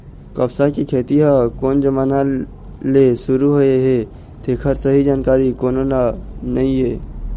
कपसा के खेती ह कोन जमाना ले सुरू होए हे तेखर सही जानकारी कोनो ल नइ हे